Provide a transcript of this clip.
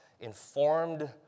informed